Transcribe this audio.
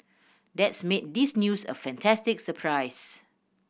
that's made this news a fantastic surprise